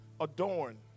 adorn